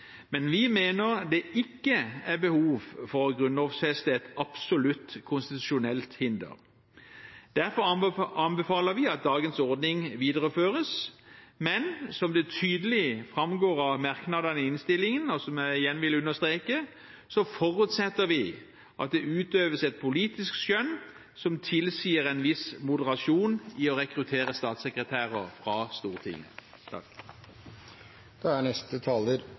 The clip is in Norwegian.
men vi mener det ikke er behov for å grunnlovfeste et absolutt konstitusjonelt hinder. Derfor anbefaler vi at dagens ordning videreføres. Men som det tydelig framgår av merknadene i innstillingen, og som jeg igjen vil understreke, forutsetter vi at det utøves et politisk skjønn som tilsier en viss moderasjon i å rekruttere statssekretærer fra Stortinget. Jeg vil si at denne saken egentlig er